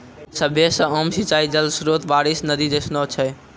सभ्भे से आम सिंचाई जल स्त्रोत बारिश, नदी जैसनो छै